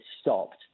stopped